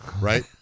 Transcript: right